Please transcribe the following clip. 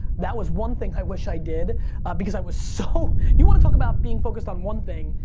that was one thing i wish i did because i was so, you wanna talk about being focused on one thing,